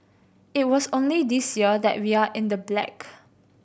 it was only this year that we are in the black